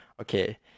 okay